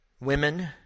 women